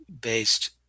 based